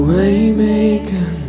Waymaker